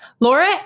Laura